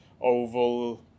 oval